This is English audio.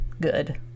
good